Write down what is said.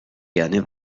gerne